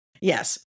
Yes